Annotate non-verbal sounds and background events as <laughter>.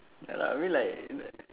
ya lah I mean like <noise>